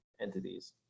entities